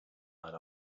night